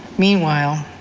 meanwhile,